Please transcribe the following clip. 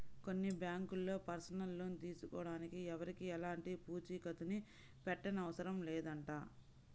కొన్ని బ్యాంకుల్లో personal loan తీసుకోడానికి ఎవరికీ ఎలాంటి పూచీకత్తుని పెట్టనవసరం లేదంట